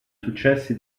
successi